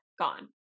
gone